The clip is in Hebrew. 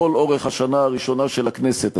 לאורך כל השנה הראשונה של הכנסת הזאת.